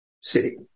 city